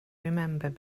remember